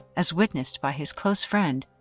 as witnessed by his close friend,